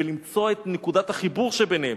ולמצוא את נקודת החיבור שביניהם.